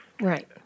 Right